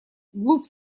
глуп